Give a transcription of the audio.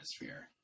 atmosphere